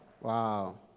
Wow